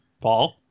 paul